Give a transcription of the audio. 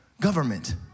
government